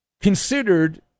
Considered